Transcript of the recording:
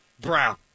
Brown